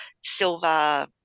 silver